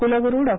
कुलगुरू डॉ